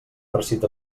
farcit